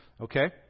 okay